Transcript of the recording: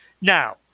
Now